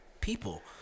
people